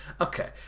Okay